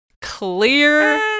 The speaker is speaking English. clear